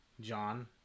John